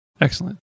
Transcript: Excellent